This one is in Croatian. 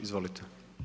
Izvolite.